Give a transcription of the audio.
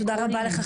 תודה רבה לך,